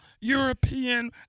European